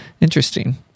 interesting